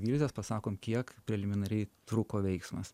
gilzes pasakom kiek preliminariai trūko veiksmas